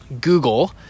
Google